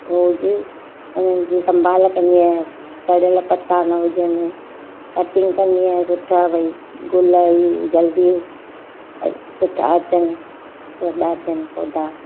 रोजु उन्हनि जी संभालु कंदी आहियां सड़ियलु पता न हुजनि कटींग कंदी आहियां सुठा भई गुल ई जल्दी सुठा अचनि वॾा थियनि पौधा